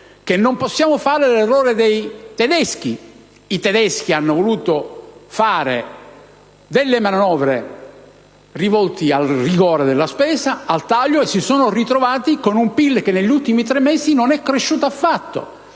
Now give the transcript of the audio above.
non possiamo fare l'errore dei tedeschi, i quali hanno voluto varare delle manovre rivolte al rigore della spesa, ai tagli, e si sono ritrovati con un PIL che negli ultimi tre mesi non è cresciuto affatto.